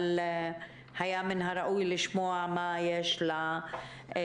אבל היה מן הראוי לשמוע מה יש לפורום